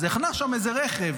אז החנה שם איזה רכב,